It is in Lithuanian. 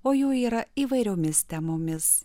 o jų yra įvairiomis temomis